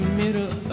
middle